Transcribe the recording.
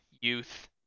youth